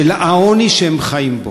העוני שהם חיים בו.